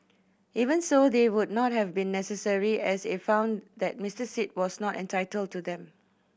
even so they would not have been necessary as it found that Mister Sit was not entitled to them